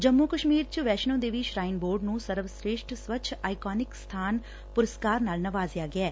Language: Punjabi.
ਜੰਮੂ ਕਸ਼ਮੀਰ ਚ ਵੈਸ਼ਨੋ ਦੇਵੀ ਸ਼ਰਾਈਨ ਬੋਰਡ ਨੂੰ ਸਰਵਸ੍ਤੇਸ਼ਟ ਸਵੱਛ ਆਈਕੋਨਿਕ ਸਬਾਨ ਪੁਰਸਕਾਰ ਨਾਲ ਨਿਵਾਜਿਆ ਗੈ